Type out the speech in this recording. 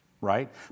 right